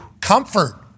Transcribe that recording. comfort